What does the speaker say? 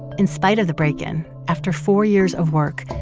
in spite of the break-in, after four years of work,